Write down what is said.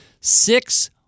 six